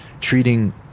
treating